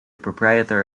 proprietor